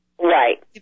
Right